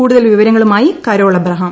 കൂടുതൽ വിവരങ്ങളുമായി കരോൾ അബ്രഹാം